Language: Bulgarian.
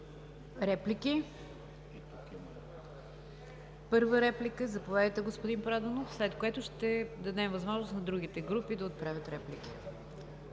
Реплики? Първа реплика – заповядайте, господин Проданов, след което ще дадем възможност на другите групи да отправят реплики.